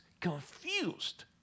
confused